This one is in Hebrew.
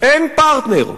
אין פרטנר.